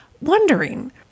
wondering